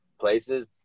places